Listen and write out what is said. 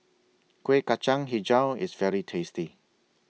Kueh Kacang Hijau IS very tasty